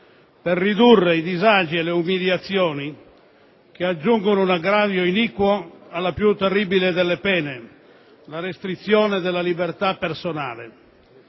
per ridurre i disagi e le umiliazioni che aggiungono un aggravio iniquo alla più terribile delle pene, la restrizione della libertà personale.